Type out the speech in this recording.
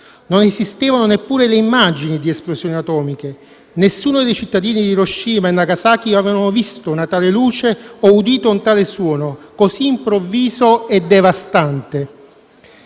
Non esistevano neppure le immagini di esplosioni atomiche. Nessuno dei cittadini di Hiroshima e Nagasaki aveva visto una tale luce o udito un tale suono così improvviso e devastante.